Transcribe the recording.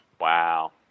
Wow